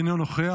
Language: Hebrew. אינו נוכח,